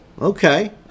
okay